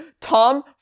Tom